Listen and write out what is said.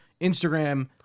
Instagram